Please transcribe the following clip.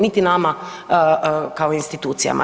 Niti nama kao institucijama.